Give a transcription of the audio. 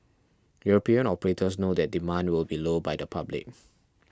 European operators know that demand will be low by the public